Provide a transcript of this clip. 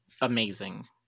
amazing